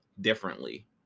differently